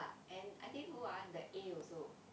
and I think who ah the A also